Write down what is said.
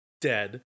dead